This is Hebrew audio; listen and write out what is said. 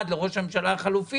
לשכר של לשכה ולתפעול.